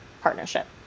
partnership